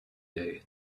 day